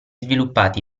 sviluppati